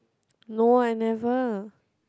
no I never